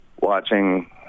watching